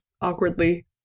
awkwardly